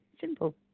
Simple